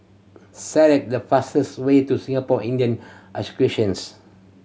the fastest way to Singapore Indian